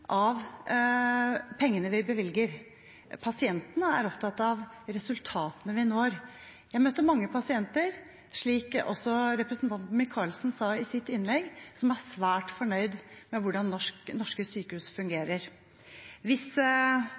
av pengene vi bevilger; pasientene er opptatt av resultatene vi når. Jeg møtte mange pasienter, slik også representanten Micaelsen sa i sitt innlegg, som er svært fornøyd med hvordan norske sykehus fungerer. Hvis